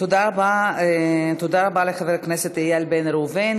תודה רבה לחבר הכנסת איל בן ראובן.